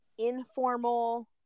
informal